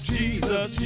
Jesus